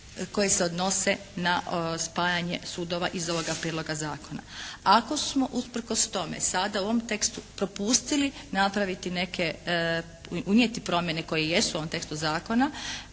koji se odnose na spajanje sudova iz ovoga prijedloga zakona. Ako smo usprkos tome sada u ovom tekstu propustili napraviti neke, unijeti promjene koje jesu u ovom tekstu zakona,